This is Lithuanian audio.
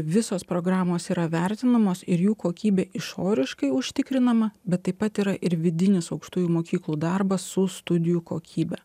visos programos yra vertinamos ir jų kokybė išoriškai užtikrinama bet taip pat yra ir vidinis aukštųjų mokyklų darbas su studijų kokybe